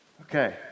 Okay